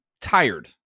tired